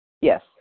Yes